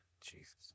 Jesus